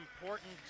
important